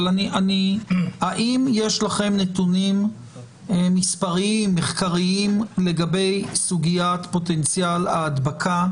האם יש לכם נתונים מספריים-מחקריים לגבי סוגיית פוטנציאל ההדבקה